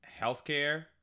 healthcare